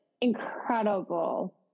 incredible